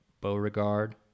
Beauregard